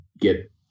get